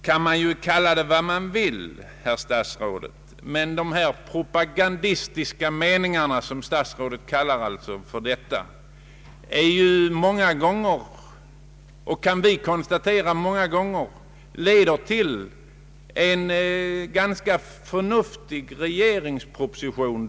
Man kan ju kalla det vad man vill, herr statsråd, men dessa våra propagandistiska meningar, som statsrådet kallar dem, leder många gånger — det har vi kunnat konstatera — till en ganska förnuftig regeringsproposition.